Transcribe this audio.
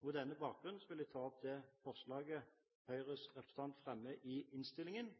Med dette som bakgrunn vil jeg ta opp det forslaget Høyres representant fremmer i innstillingen.